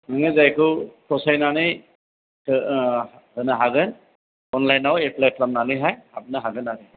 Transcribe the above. नोङो जायखौ फसायनानै होनो हागोन अनलाइनआव एप्लाय खालामनानैहाय हाबनो हागोन आरो